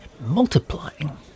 multiplying